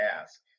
ask